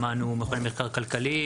שמענו מכוני מחקר כלכליים,